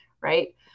right